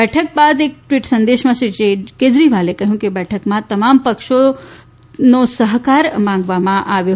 બેઠક પછી એક ટ્વીટ સંદેશમાં કેજરીવાલે કહ્યું કે બેઠકમાં તમામ પક્ષોનો સહકાર માંગવામાં આવ્યો